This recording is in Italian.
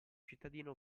cittadino